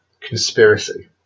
conspiracy